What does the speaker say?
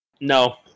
No